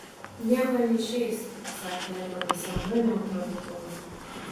nieko neišeis pasakė edvardas ramiu neutraliu tonu